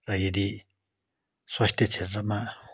र यदि स्वास्थ्य क्षेत्रमा